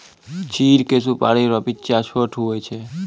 चीड़ के सुपाड़ी रो बिच्चा छोट हुवै छै